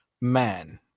man